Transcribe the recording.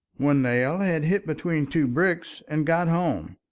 one nail had hit between two bricks and got home,